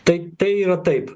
taip tai yra taip